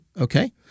Okay